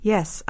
Yes